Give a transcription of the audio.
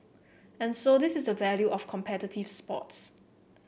and so this is the value of competitive sports